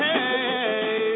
Hey